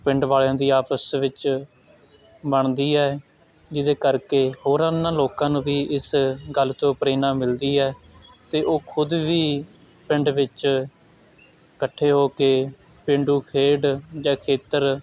ਪਿੰਡ ਵਾਲਿਆਂ ਦੀ ਆਪਸ ਵਿੱਚ ਬਣਦੀ ਹੈ ਜਿਹਦੇ ਕਰਕੇ ਹੋਰਨਾਂ ਲੋਕਾਂ ਨੂੰ ਵੀ ਇਸ ਗੱਲ ਤੋਂ ਪ੍ਰੇਰਨਾ ਮਿਲਦੀ ਹੈ ਅਤੇ ਉਹ ਖੁਦ ਵੀ ਪਿੰਡ ਵਿੱਚ ਇਕੱਠੇ ਹੋ ਕੇ ਪੇਂਡੂ ਖੇਡ ਜਾਂ ਖੇਤਰ